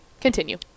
Continue